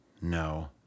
no